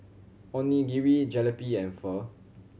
Onigiri Jalebi and Pho